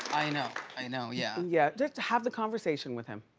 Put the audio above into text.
i know, i know, yeah yeah. just have the conversation with him.